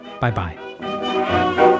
Bye-bye